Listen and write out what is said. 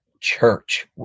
church